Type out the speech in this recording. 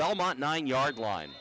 belmont nine yard line